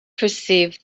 perceived